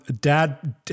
dad